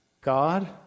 God